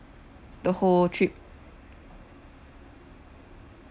the whole trip